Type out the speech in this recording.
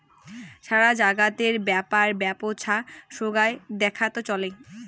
সারা জাগাতের ব্যাপার বেপছা সোগায় দেখাত চলে